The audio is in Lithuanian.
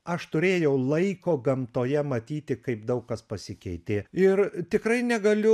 aš turėjau laiko gamtoje matyti kaip daug kas pasikeitė ir tikrai negaliu